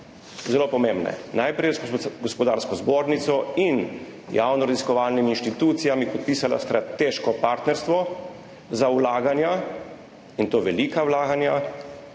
zelo pomembne korake. Najprej je z Gospodarsko zbornico in javnimi raziskovalnimi inštitucijami podpisala strateško partnerstvo za vlaganja, in to velika vlaganja,